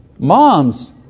Moms